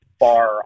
far